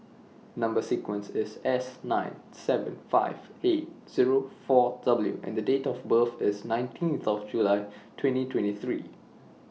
Number sequence IS S nine seven five eight Zero four W and The Date of birth IS nineteenth of July twenty twenty three